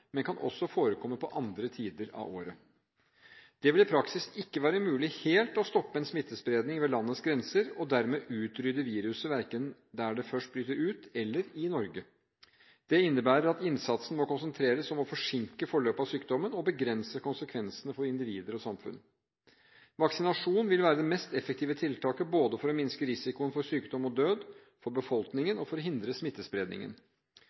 men kan også forekomme på andre tider av året. For det andre: Det vil i praksis ikke være mulig helt å stoppe en smittespredning ved landets grenser og dermed utrydde viruset verken der det først bryter ut, eller i Norge. Det innebærer at innsatsen må konsentreres om å forsinke forløpet av sykdommen og begrense konsekvensene for individer og samfunn. Videre: Vaksinasjon vil være det mest effektive tiltaket – både for å minske risikoen for sykdom og død for befolkningen og for å hindre smittespredningen.